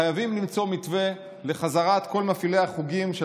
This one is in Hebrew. חייבים למצוא מתווה לחזרת כל מפעילי החוגים של